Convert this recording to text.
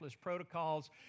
protocols